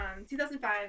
2005